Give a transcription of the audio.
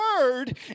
word